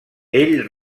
ell